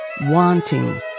Wanting